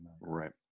Right